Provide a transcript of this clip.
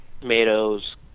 tomatoes